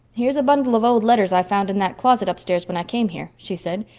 here's a bundle of old letters i found in that closet upstairs when i came here, she said.